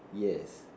yes